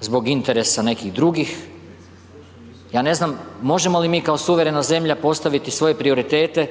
zbog interesa nekih drugih, ja ne znam možemo li mi kao suverena zemlja postaviti svoje prioritete